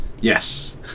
Yes